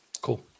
Cool